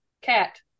cat